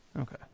Okay